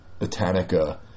Botanica